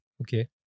Okay